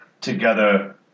Together